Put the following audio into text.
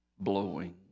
blowing